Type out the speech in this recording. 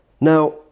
Now